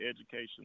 education